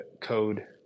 code